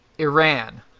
Iran